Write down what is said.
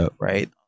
right